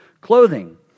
clothing